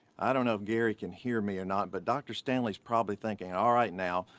i don't know if gary can hear me or not, but dr. stanley's probably thinking all right now,